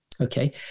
okay